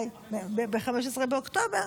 ב-15 באוקטובר.